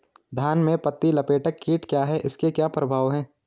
धान में पत्ती लपेटक कीट क्या है इसके क्या प्रभाव हैं?